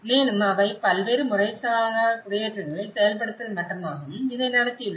மேலும் அவை பல்வேறு முறைசாரா குடியேற்றங்களில் செயல்படுத்தல் மட்டமாகவும் இதை நடத்தியுள்ளன